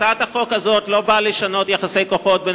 הצעת החוק הזאת לא באה לשנות יחסי כוחות בין